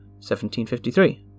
1753